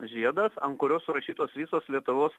žiedas ant kurio surašytos visos lietuvos